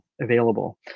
available